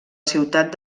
ciutat